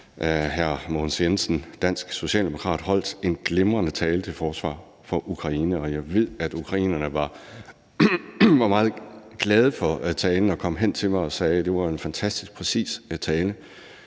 Hr. Mogens Jensen, dansk socialdemokrat, holdt en glimrende tale til forsvar for Ukraine, og jeg ved, at ukrainerne var meget glade for talen, og de kom hen til mig og sagde, at det var en fantastisk præcis tale.